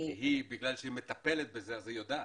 בגלל שהיא מטפלת בזה, היא יודעת,